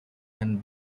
and